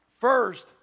First